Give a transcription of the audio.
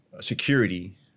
security